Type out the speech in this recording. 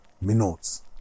minutes